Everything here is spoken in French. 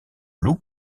loup